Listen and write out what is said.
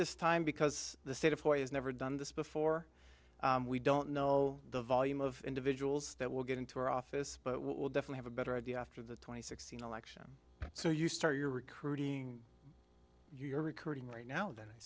this time because the state of hawaii has never done this before we don't know the volume of individuals that will get into our office but we will definitely have a better idea after the twenty sixteen election so you start your recruiting you're recording right now then